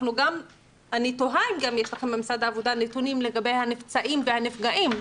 אני תוהה אם יש למשרד העבודה נתונים לגבי הנפצעים והנפגעים,